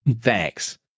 thanks